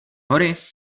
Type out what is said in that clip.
hory